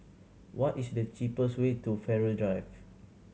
what is the cheapest way to Farrer Drive